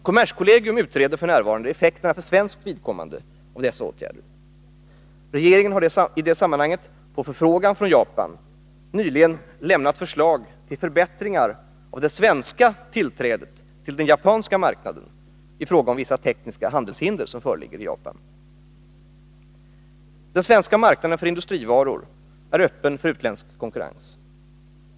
Kommerskollegium utreder f. n. effekterna för svenskt vidkommande av dessa åtgärder. Regeringen har i detta sammanhang på förfrågan från Japan nyligen lämnat förslag till förbättringar av det svenska tillträdet till den japanska marknaden i fråga om vissa tekniska handelshinder som föreligger i Japan. Den svenska marknaden för industrivaror är öppen för utländsk konkurrens.